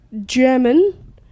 German